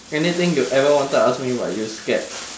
anything you ever wanted to ask me but you scared